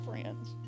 friends